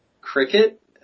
Cricket